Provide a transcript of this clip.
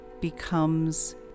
becomes